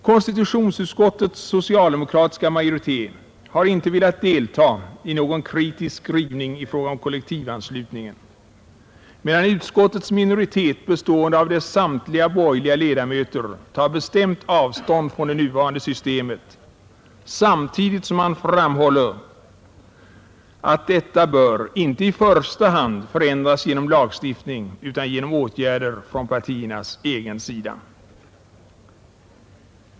Konstitutionsutskottets socialdemokratiska majoritet har inte velat delta i någon kritisk skrivning i fråga om kollektivanslutningen, medan utskottets minoritet, bestående av dess samtliga borgerliga ledamöter, tar bestämt avstånd från det nuvarande systemet samtidigt som man framhåller att detta bör inte i första hand förändras genom lagstiftning utan genom åtgärder från partiernas egen sida.